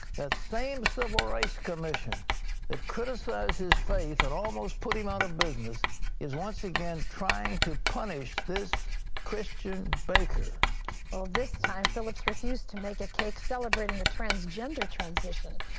that same civil rights commission that criticized his faith and almost put him out of business is once again trying to punish this christian baker. terry well, this time phillips refused to make a cake celebrating a transgender transition.